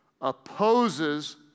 opposes